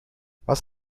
was